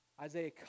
Isaiah